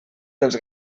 dels